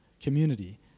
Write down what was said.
community